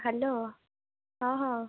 hello ହଁ ହଁ